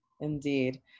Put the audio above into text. indeed